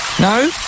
No